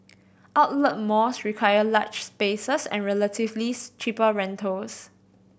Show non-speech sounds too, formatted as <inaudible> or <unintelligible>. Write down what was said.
outlet malls require large spaces and relatively <unintelligible> cheaper rentals